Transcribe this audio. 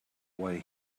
what